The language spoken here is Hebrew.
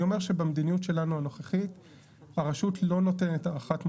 אני אומר שבמדיניות שלנו הנוכחית הרשות לא נותנת הארכת מועדים,